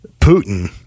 Putin